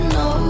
no